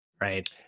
right